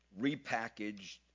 repackaged